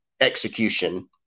execution